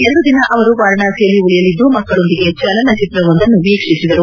ಎರಡು ದಿನ ಅವರು ವಾರಣಾಸಿಯಲ್ಲಿ ಉಳಿಯಲಿದ್ದು ಮಕ್ಕಳೊಂದಿಗೆ ಚಲನಚಿತ್ರವೊಂದನ್ನು ವೀಕ್ಷಿಸಿದರು